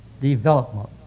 development